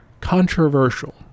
controversial